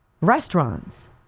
restaurants